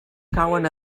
cauen